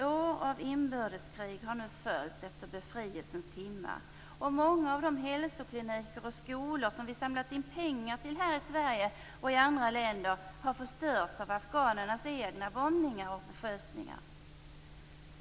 År av inbördeskrig har nu följt efter befrielsens timma. Många av de hälsokliniker och skolor som vi samlat in pengar till här i Sverige och i andra länder har förstörts av afghanernas egna bombningar och beskjutningar.